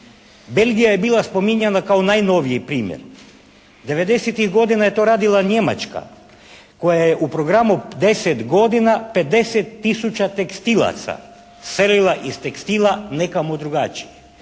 Belgija je bila spominjana kao najnoviji primjer. 90-tih godina je to radila Njemačka koja je u programu 10 godina 50 tisuća tekstilaca selila iz tekstila nekamo drugačije.